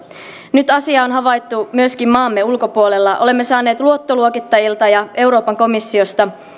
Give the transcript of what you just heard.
nyt asia on havaittu myöskin maamme ulkopuolella olemme saaneet luottoluokittajilta ja euroopan komissiosta